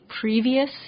previous